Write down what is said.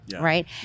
Right